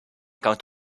count